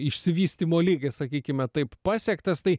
išsivystymo lygis sakykime taip pasiektas tai